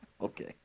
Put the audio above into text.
Okay